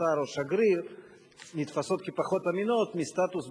שר או שגריר נתפסות כפחות אמינות מסטטוס ב"פייסבוק"